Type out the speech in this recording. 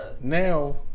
Now